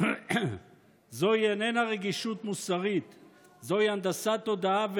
זהו מחיר הדמוקרטיה.